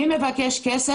מי מבקש כסף?